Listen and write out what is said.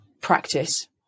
practice